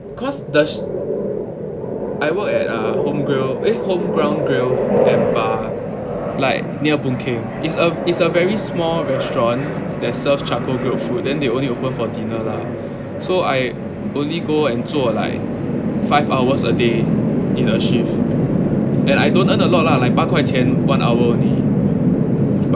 cause the I work at err homegrill eh homeground grill and bar like near boon keng it's a it's a very small restaurant that serves charcoal grilled food then they only open for dinner lah so I only go and 做 like five hours a day in a shift and I don't earn a lot lah like 八块钱 one hour only but then